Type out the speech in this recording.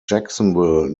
jacksonville